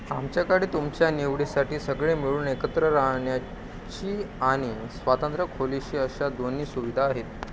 आमच्याकडे तुमच्या निवडीसाठी सगळे मिळून एकत्र राहण्याची आणि स्वातंत्र्य खोलीशी अशा दोन्ही सुविधा आहेत